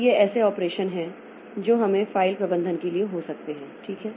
तो ये ऐसे ऑपरेशन हैं जो हमें फ़ाइल प्रबंधन के लिए हो सकते हैं ठीक